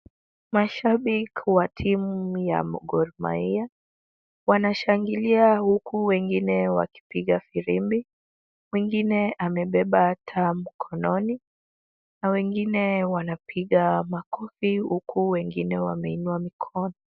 Mashabiki wa timu ya Gor Mahia wanashangalia huku wengine wakipiga firimbi, mwingine amebeba taa mkononi na wengine wanapiga makofi huku wengine wanainua mikono.